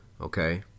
Okay